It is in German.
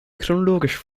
chronologisch